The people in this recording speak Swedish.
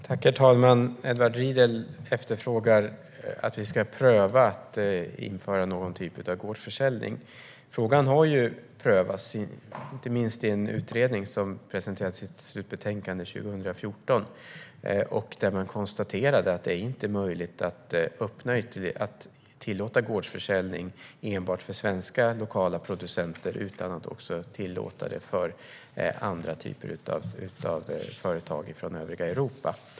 Herr talman! Edward Riedl efterfrågar att vi ska pröva att införa någon typ av gårdsförsäljning. Frågan har prövats, inte minst i en utredning som presenterade sitt slutbetänkande 2014. Där konstaterades att det inte är möjligt att tillåta gårdsförsäljning enbart för svenska lokala producenter utan att också tillåta det för andra typer av företag från övriga Europa.